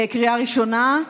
לקריאה ראשונה.